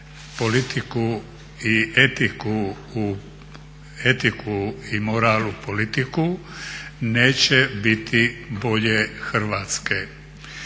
i etiku u, etiku i moral u politiku neće biti bolje Hrvatske.